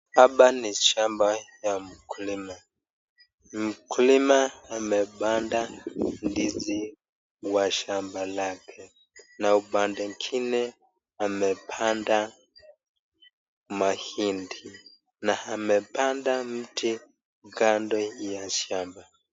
Hapa ni shamba ya mkulima. Mkulima amepanda ndizi kwa shamnba lake na upande ingine amepanda mahindi na amepand mti kando ya shamba.